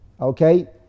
Okay